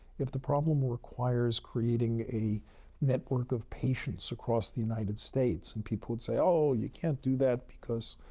if the problem requires creating a network of patients across the united states, and people would say, oh, you can't do that, because